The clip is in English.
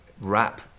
rap